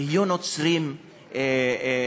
תהיו נוצרים טובים,